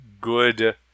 good